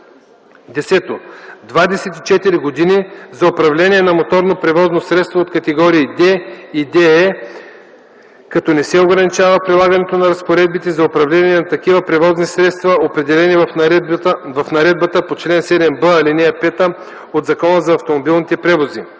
четири години – за управление на моторно превозно средство от категории D и DE, като не се ограничава прилагането на разпоредбите за управление на такива превозни средства, определени в наредбата по чл. 7б, ал. 5 от Закона за автомобилните превози;